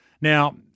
Now